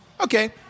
Okay